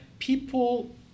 people